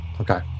Okay